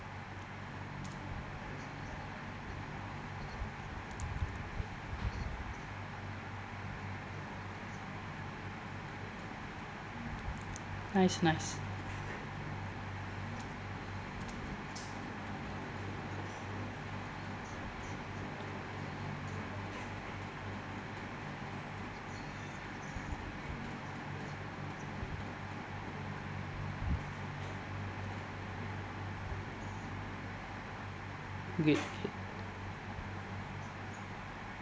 nice nice great great